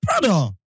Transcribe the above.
brother